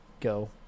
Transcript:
go